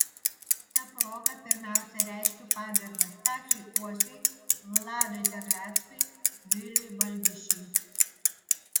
ta proga pirmiausia reiškiu pagarbą stasiui uosiui vladui terleckui viliui baldišiui